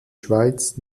schweiz